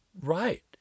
right